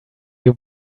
you